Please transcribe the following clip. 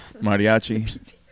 Mariachi